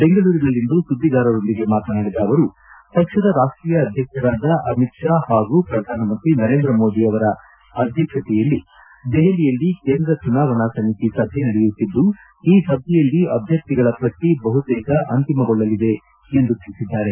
ಬೆಂಗಳೂರಿನಲ್ಲಿಂದು ಸುದ್ವಿಗಾರರೊಂದಿಗೆ ಮಾತನಾಡಿದ ಅವರು ಪಕ್ಷದ ರಾಷ್ಟೀಯ ಅಧ್ಯಕ್ಷರಾದ ಅಮಿತ್ ಷಾ ಹಾಗೂ ಪ್ರಧಾನಮಂತ್ರಿ ನರೇಂದ್ರ ಮೋದಿಯವರ ಅಧ್ವಕ್ಷತೆಯಲ್ಲಿ ದೆಪಲಿಯಲ್ಲಿ ಕೇಂದ್ರ ಚುನಾವಣಾ ಸಮಿತಿ ಸಭೆ ನಡೆಯುತ್ತಿದ್ದು ಈ ಸಭೆಯಲ್ಲಿ ಅಭ್ಯರ್ಥಿಗಳ ಪಟ್ಟ ಬಹುತೇಕ ಅಂತಿಮಗೊಳಲಿದೆ ಎಂದು ತಿಳಿಸಿದ್ದಾರೆ